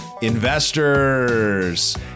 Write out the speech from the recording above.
investors